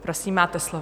Prosím, máte slovo.